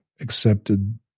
accepted